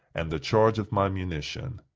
and the charge of my munition.